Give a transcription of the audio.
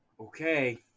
okay